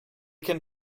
can